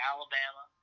Alabama